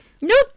nope